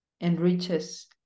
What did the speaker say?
enriches